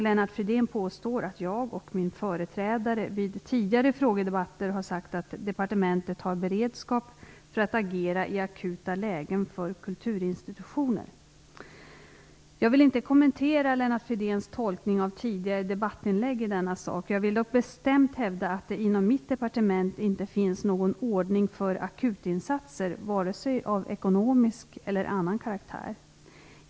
Lennart Fridén påstår att jag och min företrädare vid tidigare frågedebatter har sagt att departementet har beredskap för att agera i akuta lägen för kulturinstitutioner. Jag vill inte kommentera Lennart Fridéns tolkning av tidigare debattinlägg i denna sak. Jag vill dock bestämt hävda att det inom mitt departement inte finns någon ordning för akutinsatser, vare sig av ekonomisk eller annan karaktär.